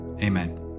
amen